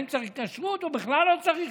אם צריך כשרות או בכלל לא צריך כשרות,